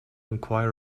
enquire